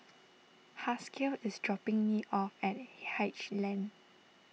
Haskell is dropping me off at Haig Lane